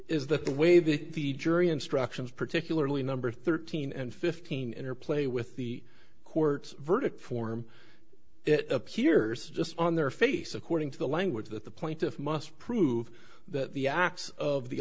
is that the way the the jury instructions particularly number thirteen and fifteen are play with the court verdict form it appears just on their face according to the language that the plaintiff must prove that the acts of the